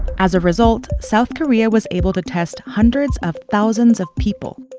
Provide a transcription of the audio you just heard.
as a result, south korea was able to test hundreds of thousands of people,